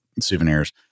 souvenirs